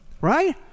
right